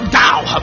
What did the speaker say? down